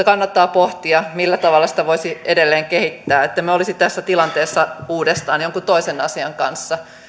kannattaa pohtia millä tavalla kansalaisaloitejärjestelmää voisi edelleen kehittää että emme olisi tässä tilanteessa uudestaan jonkun toisen asian kanssa